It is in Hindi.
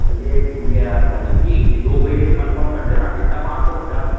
चलिए ठीक है यार भाई एक भी एक दो पेटी तो कंफ़र्म कर देना कितना पाँच सौ पचास